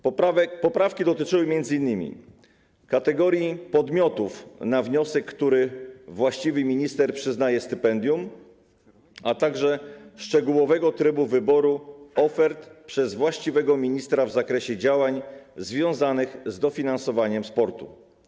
Poprawki dotyczyły m.in. kategorii podmiotów, na wniosek których właściwy minister przyznaje stypendium, a także szczegółowego trybu wyboru ofert przez właściwego ministra w zakresie działań związanych z dofinansowaniem sportu.